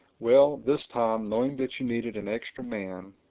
well, this time, knowing that you needed an extra man,